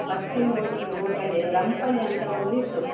purse seine ಬೋಟಿಗೆ ಹೋಗದೆ ರಂಪಣಿ ಅಂತ ಒಂದಿತ್ತು